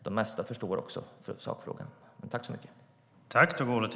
De flesta förstår nog också vad sakfrågan gäller.